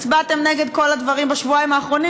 הצבעתם נגד כל הדברים בשבועיים האחרונים?